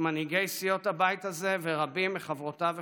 מנהיגי סיעות הבית הזה ורבים מחברותיו וחבריו,